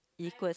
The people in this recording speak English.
equal